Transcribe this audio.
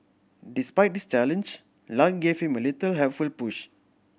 despite this challenge luck gave him a little helpful push